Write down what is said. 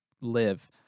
live